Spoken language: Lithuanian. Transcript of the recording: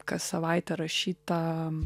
kas savaitę rašytą